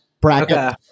bracket